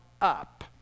up